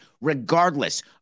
regardless